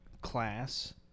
class